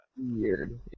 weird